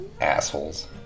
assholes